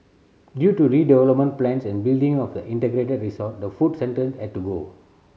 due to redevelopment plans and building of the integrated resort the food had to go